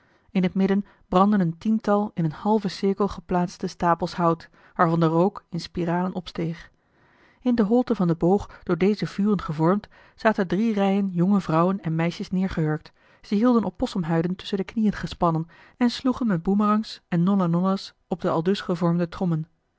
in het midden brandden een tiental in een halven cirkel geplaatste stapels hout waarvan de rook in spiralen opsteeg in de holte van den boog door deze vuren gevormd zaten drie rijen jonge vrouwen en meisjes neergehurkt ze hielden opposeli heimans willem roda sumhuiden tusschen de knieën gespannen en sloegen met boemerangs en nolla nollas op de aldus gevormde trommen